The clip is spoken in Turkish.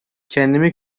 kendimi